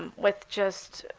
with just